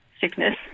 sickness